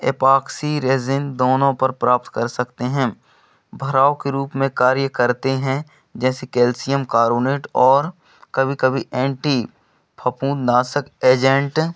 epoxy resin दोनों पर प्राप्त कर सकते हैं भराव के रूप में कार्य करते हैं जैसे कैल्शियम कार्बोनेट और कभी कभी एंटी फफूंदनाशक एजेंट